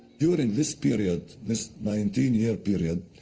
during this period, this nineteen year period,